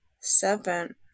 Seven